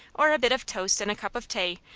or a bit of toast and a cup of tay,